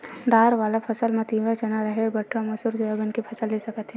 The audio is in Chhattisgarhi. दार वाला फसल म तिंवरा, चना, राहेर, बटरा, मसूर, सोयाबीन के फसल ले सकत हे